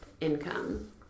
income